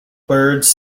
birds